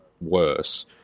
worse